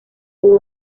hubo